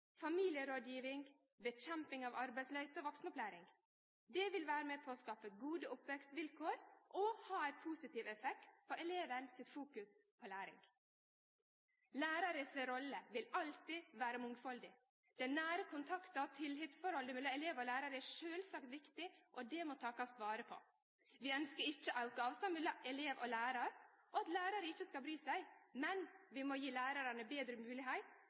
arbeidsløyse og vaksenopplæring vere med på å skape gode oppvekstvilkår og ha ein positiv effekt på elevane si fokusering på læring. Læraren si rolle vil alltid vere mangfaldig. Den nære kontakten og tillitsforholdet mellom elev og lærar er sjølvsagt viktig og må takast vare på. Vi ynskjer ikkje å auke avstanden mellom elev og lærar og at læraren ikkje skal bry seg. Men vi må gjeve lærarane betre